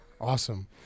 Awesome